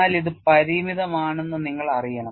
എന്നാൽ ഇത് പരിമിതമാണെന്ന് നിങ്ങൾ അറിയണം